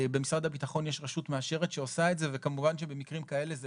במשרד הביטחון יש רשות מאשרת שעושה את זה וכמובן שבמקרים כאלה זה